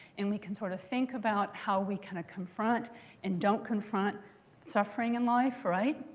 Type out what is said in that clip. and we can sort of think about how we kind of confront and don't confront suffering in life, right?